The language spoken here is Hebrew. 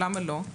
למה לא?